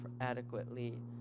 adequately